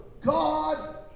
God